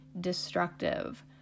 destructive